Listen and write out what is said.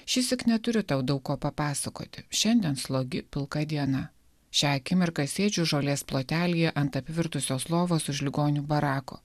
šįsyk neturiu tau daug ko papasakoti šiandien slogi pilka diena šią akimirką sėdžiu žolės plotelyje ant apvirtusios lovos už ligonių barako